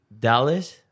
Dallas